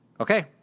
Okay